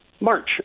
March